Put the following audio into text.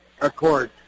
Accord